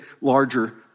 larger